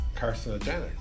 carcinogenic